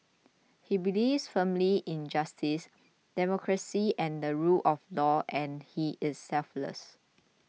he believes firmly in justice democracy and the rule of law and he is selfless